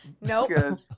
Nope